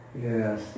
Yes